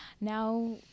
now